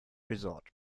resort